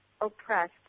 oppressed